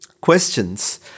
questions